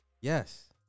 Yes